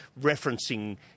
referencing